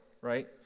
right